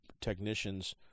technicians